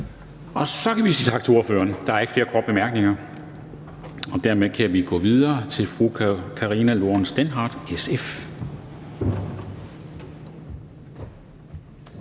Så kan vi sige tak til ordføreren. Der er ikke flere korte bemærkninger. Dermed kan vi gå videre til fru Karina Lorentzen Dehnhardt, SF.